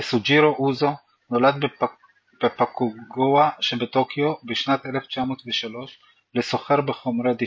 יסוג'ירו אוזו נולד בפוקגוואה שבטוקיו בשנת 1903 לסוחר בחומרי דשן.